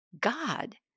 God